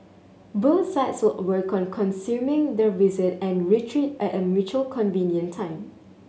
both sides will work on consuming their visit and retreat at a mutually convenient time